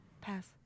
Pass